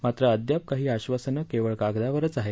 मात्र अद्याप काही आश्वासनं केवळ कागदावरच आहेत